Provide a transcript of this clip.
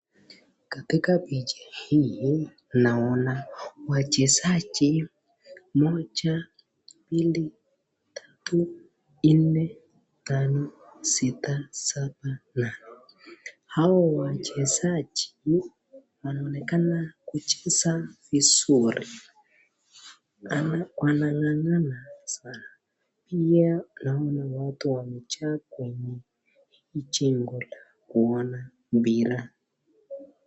Katika picha hii naona wachezaji moja, mbili, tatu, nne, tano, sita, saba, nane. Hao wachezaji wanaonekana kucheza vizuri. Wanang'ang'ana sana. Pia naona watu wamejaa kwenye hii jengo la kuona mpira.